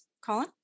Colin